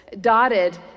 dotted